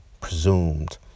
presumed